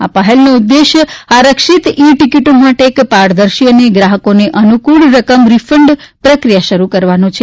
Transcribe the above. આ પહેલનો ઉદ્દેશ આરક્ષિત ઇ ટિકિટો માટે એક પારદર્શી અને ગ્રાહકોને અનુકૂળ રકમ રીફંડ પ્રક્રિયા શરૂ કરવાનો છે